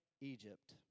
Egypt